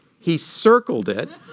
he circled it.